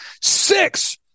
Six